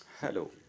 Hello